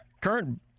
current